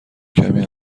کمی